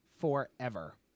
forever